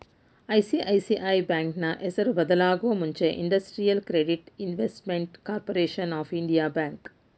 ICICI ಬ್ಯಾಂಕ್ನ ಹೆಸರು ಬದಲಾಗೂ ಮುಂಚೆ industrial credit investment corporation of India bank